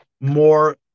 more